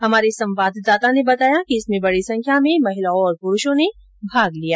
हमारे संवाददाता ने बताया कि इसमें बडी संख्या में महिलाओं और पुरूषों ने भाग लिया